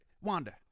Wanda